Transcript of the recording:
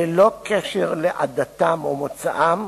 ללא קשר לעדתם או מוצאם,